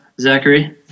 Zachary